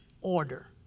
order